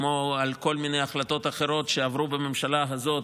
כמו על כל מיני החלטות אחרות שעברו בממשלה הזאת